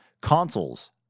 consoles